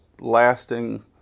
lasting